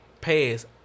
past